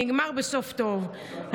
נגמר בסוף טוב.